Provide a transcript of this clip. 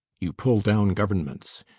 you pull down governments,